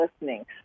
listening